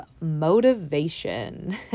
motivation